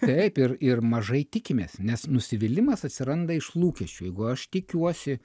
taip ir ir mažai tikimės nes nusivylimas atsiranda iš lūkesčių jeigu aš tikiuosi